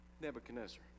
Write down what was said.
Nebuchadnezzar